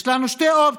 יש לנו שתי אופציות: